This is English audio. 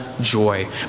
joy